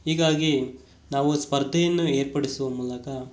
ಹೀಗಾಗಿ ನಾವು ಸ್ಪರ್ಧೆಯನ್ನು ಏರ್ಪಡಿಸುವ ಮೂಲಕ